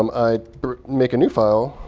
um i make a new file,